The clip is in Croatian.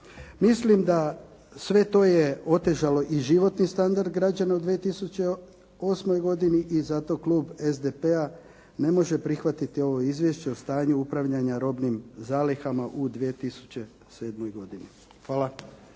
Mislim da sve to je otežalo i životni standard građana u 2008. godini i zato klub SDP-a ne može prihvatiti ovo Izvješće o stanju upravljanja robnim zalihama u 2007. godini. Hvala.